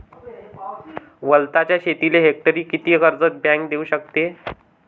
वलताच्या शेतीले हेक्टरी किती कर्ज बँक देऊ शकते?